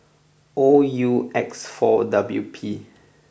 O U X four W P